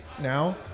now